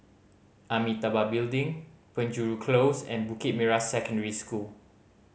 Amitabha Building Penjuru Close and Bukit Merah Secondary School